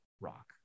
rock